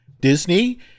Disney